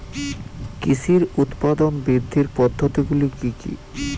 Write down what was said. কৃষির উৎপাদন বৃদ্ধির পদ্ধতিগুলি কী কী?